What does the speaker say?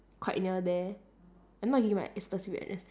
quite near there I'm not giving my specific address